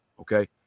okay